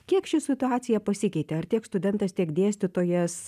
kiek ši situacija pasikeitė ar tiek studentas tiek dėstytojas